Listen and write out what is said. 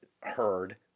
heard